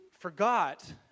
forgot